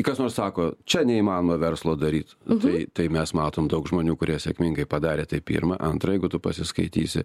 kas nors sako čia neįmanoma verslo daryt tai tai mes matom daug žmonių kurie sėkmingai padarė tai pirma antra jeigu tu pasiskaitysi